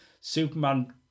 Superman